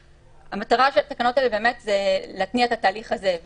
המטרה של התקנות האלו היא להתניע את התהליך הזה.